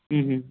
হুম হুম